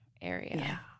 area